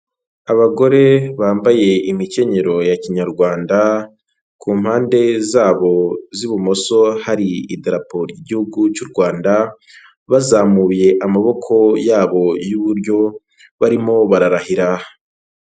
Abagore bambaye imikenyero ya kinyarwanda ,ku mpande zabo z'ibumoso hari idarapo ry' igihugu cy'u Rwanda, bazamuye amaboko yabo y'iburyo barimo bararahira.